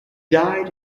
died